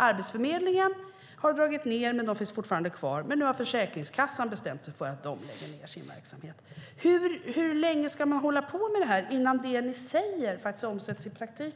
Arbetsförmedlingen har dragit ned men finns fortfarande kvar, men nu har Försäkringskassan bestämt sig för att lägga ned sin verksamhet. Hur länge ska man hålla på så där innan det ni säger omsätts i praktik?